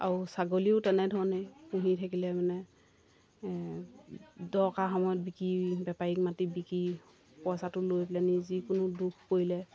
আৰু ছাগলীও তেনেধৰণেই পুহি থাকিলে মানে দৰকাৰ সময়ত বিকি বেপাৰীক মাটি বিকি পইচাটো লৈ পেলাইনি যিকোনো দুখ পৰিলে